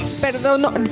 Perdón